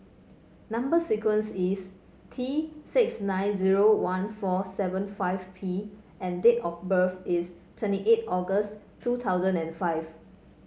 number sequence is T six nine zero one four seven five P and date of birth is twenty eight August two thousand and five